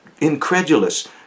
incredulous